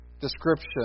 description